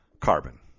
Carbon